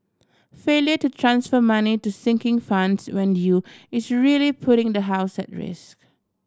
failure to transfer money to sinking funds when due is really putting the house at risk